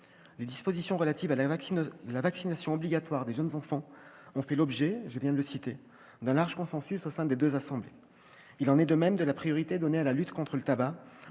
Les dispositions relatives à la vaccination obligatoire des jeunes enfants ont fait l'objet, comme je viens de le souligner, d'un large consensus au sein des deux assemblées. Il en est de même de la priorité donnée à la lutte contre le tabac,